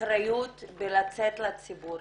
אחריות בלצאת לציבור